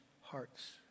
hearts